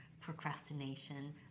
procrastination